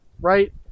Right